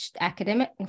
academic